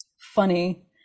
funny